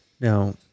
now